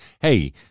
hey